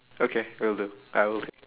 okay will do I will take